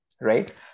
right